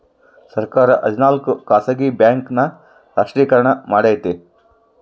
ಸರ್ಕಾರ ಹದಿನಾಲ್ಕು ಖಾಸಗಿ ಬ್ಯಾಂಕ್ ನ ರಾಷ್ಟ್ರೀಕರಣ ಮಾಡೈತಿ